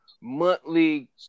monthly